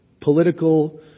Political